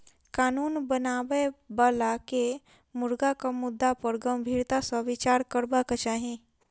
कानून बनाबय बला के मुर्गाक मुद्दा पर गंभीरता सॅ विचार करबाक चाही